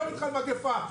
על מגפה,